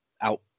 out